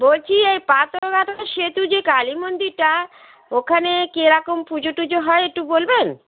বলছি এই সেতু যে কালী মন্দিরটা ওখানে কি রকম পুজো টুজো হয় একটু বলবেন